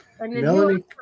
Melanie